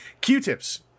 Q-tips